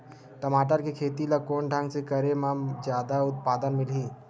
टमाटर के खेती ला कोन ढंग से करे म जादा उत्पादन मिलही?